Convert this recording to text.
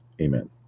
Amen